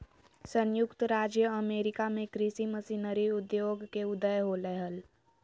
संयुक्त राज्य अमेरिका में कृषि मशीनरी उद्योग के उदय होलय हल